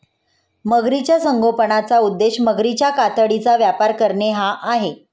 मगरीच्या संगोपनाचा उद्देश मगरीच्या कातडीचा व्यापार करणे हा आहे